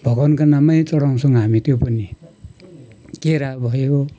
भगवान्को नाममै चढाउँछौँ हामी त्यो पनि केरा भयो